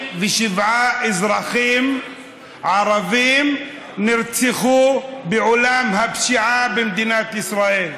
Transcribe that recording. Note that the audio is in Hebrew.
67 אזרחים ערבים נרצחו בעולם הפשיעה במדינת ישראל,